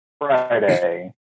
Friday